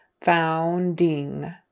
Founding